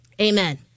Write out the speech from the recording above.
Amen